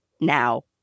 now